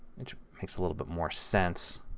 it makes a little but more sense